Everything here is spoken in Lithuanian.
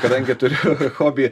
kadangi turiu hobį